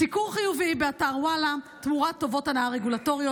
סיקור חיובי באתר וואלה תמורת טובות הנאה רגולטוריות.